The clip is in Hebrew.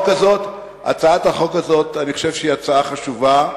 אני חושב שהצעת החוק הזאת היא הצעה חשובה,